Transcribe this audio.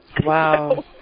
Wow